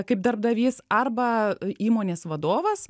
kaip darbdavys arba įmonės vadovas